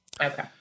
okay